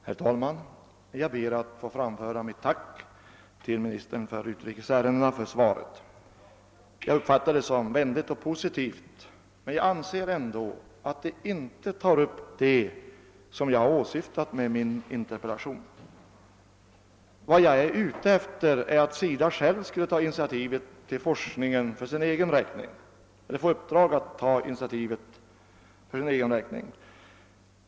Herr talman! Jag ber att få framföra mitt tack till ministern för utrikes ärendena för svaret. Jag uppfattar det som vänligt och positivt, men jag anser ändå att det inte tar upp det som jag åsyf Vad jag är ute efter är att SIDA skall få i uppdrag att ta initiativ till forskning för egen räkning.